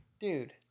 Dude